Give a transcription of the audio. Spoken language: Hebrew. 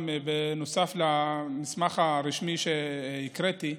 נוסף למסמך הרשמי שהקראתי,